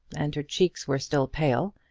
and her cheeks were still pale,